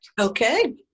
Okay